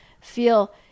feel